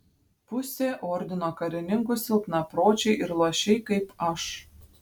pusė ordino karininkų silpnapročiai ir luošiai kaip aš